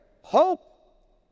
Hope